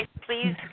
please